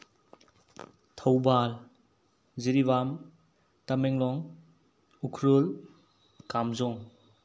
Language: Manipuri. ꯊꯧꯕꯥꯜ ꯖꯤꯔꯤꯕꯥꯝ ꯇꯃꯦꯡꯂꯣꯡ ꯎꯈ꯭꯭ꯔꯨꯜ ꯀꯥꯝꯖꯣꯡ